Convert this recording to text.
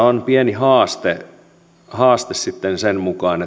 on pieni haaste haaste sitten sen mukaan